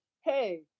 hey